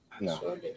No